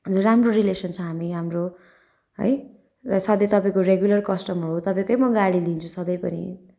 राम्रो रिलेसन छ हामी हाम्रो है र साथै तपाईँको रेगुलर कस्टमर हो तपाईँकै म गाडी लिन्छु सधैँभरि